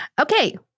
okay